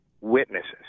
witnesses